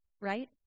right